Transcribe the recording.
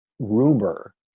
rumor